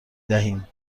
دهیم